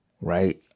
Right